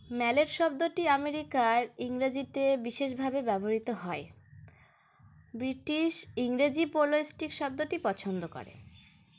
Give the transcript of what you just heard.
ম্যালের শব্দটি আমেরিকার ইংরাজিতে বিশেষভাবে ব্যবহৃত হয় ব্রিটিশ ইংরেজি পোলস্টিক শব্দটি পছন্দ করে